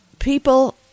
People